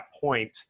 point